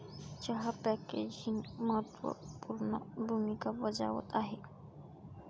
चहा पॅकेजिंग महत्त्व पूर्ण भूमिका बजावत आहे